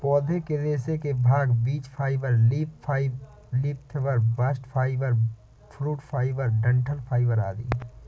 पौधे के रेशे के भाग बीज fibre, leaf fibre, bast fibre, fruit fibre, डंठल फाइबर आदि है